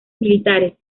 militares